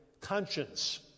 conscience